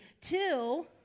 Two